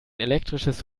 elektrisches